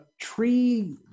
tree